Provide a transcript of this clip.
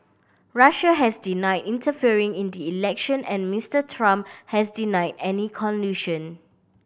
Russia has denied interfering in the election and Mister Trump has denied any collusion